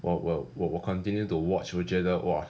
我我我我 continue to watch 我觉得 !wah!